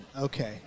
Okay